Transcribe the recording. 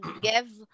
give